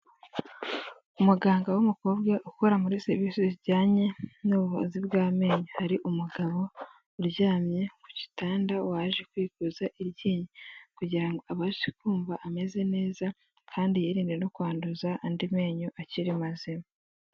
Umuganga w'umukobwa ukora muri serivisi zijyanye n'ubuvuzi bw'amenyo, hari umugabo uryamye ku gitanda waje kwikuza iryinyo kugira ngo abashe kumva ameze neza kandi yirinde no kwanduza andi menyo akiri mazima.